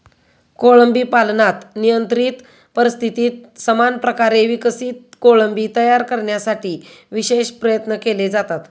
कोळंबी पालनात नियंत्रित परिस्थितीत समान प्रकारे विकसित कोळंबी तयार करण्यासाठी विशेष प्रयत्न केले जातात